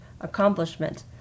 accomplishment